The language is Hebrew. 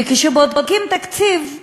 וכשבודקים תקציב,